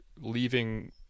leaving